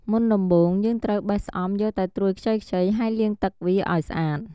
មុនដំបូងយើងត្រូវ បេះស្អំយកតែត្រួយខ្ចីៗ ហើយលាងទឹកវាឱ្យស្អាត។